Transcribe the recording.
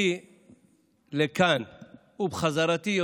ודבר אחרון,